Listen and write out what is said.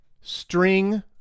string